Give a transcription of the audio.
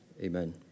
amen